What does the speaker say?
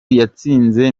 yatsinze